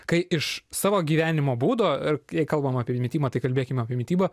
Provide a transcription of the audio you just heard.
kai iš savo gyvenimo būdo e jei kalbam apie mitybą tai kalbėkim apie mitybą